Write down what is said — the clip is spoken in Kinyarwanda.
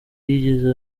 yigeze